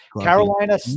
Carolina